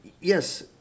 Yes